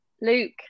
Luke